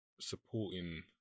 supporting